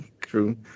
true